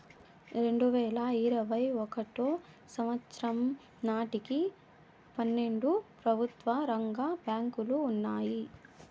రెండువేల ఇరవై ఒకటో సంవచ్చరం నాటికి పన్నెండు ప్రభుత్వ రంగ బ్యాంకులు ఉన్నాయి